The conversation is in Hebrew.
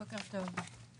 בוקר טוב.